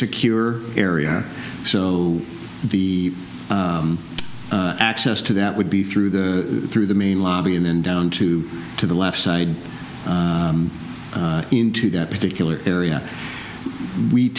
secure area so the access to that would be through the through the main lobby and then down to to the left side into that particular area we